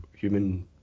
human